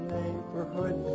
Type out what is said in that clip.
neighborhood